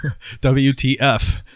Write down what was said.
WTF